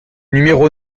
numéro